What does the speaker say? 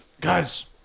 Guys